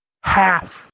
Half